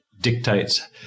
dictates